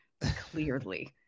clearly